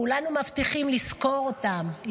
כולנו מבטיחים לזכור אותם,